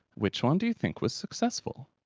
which one do you think was successful?